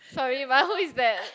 sorry but who is that